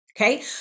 Okay